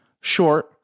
short